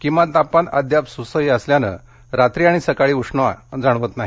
किमान तापमान अद्याप सुसहा असल्यानं रात्री आणि सकाळी उष्मा जाणवत नाही